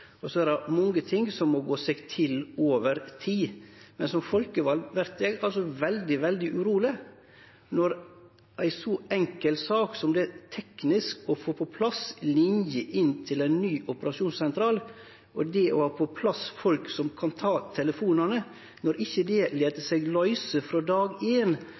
Så er det mange ting som må gå seg til over tid. Men som folkevald vert eg veldig, veldig uroleg når ei så enkel sak teknisk som det er å få på plass linjer inn til ein ny operasjonssentral og det å ha på plass folk som kan ta telefonane, ikkje lèt seg løyse frå dag